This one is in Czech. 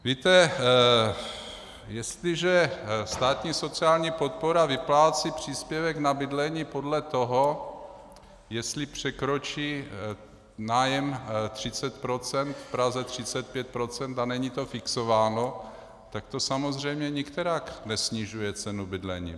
Víte, jestliže státní sociální podpora vyplácí příspěvek na bydlení podle toho, jestli překročí nájem 30 %, v Praze 35 %, a není to fixováno, tak to samozřejmě nikterak nesnižuje cenu bydlení.